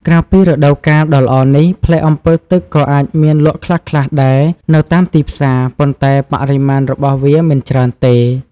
ក្រៅពីរដូវកាលដ៏ល្អនេះ ផ្លែអម្ពិលទឹកក៏អាចមានលក់ខ្លះៗដែរនៅតាមទីផ្សារ ប៉ុន្តែបរិមាណរបស់វាមិនច្រើនទេ។